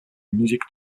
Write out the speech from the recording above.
musique